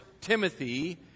Timothy